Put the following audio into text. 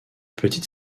petite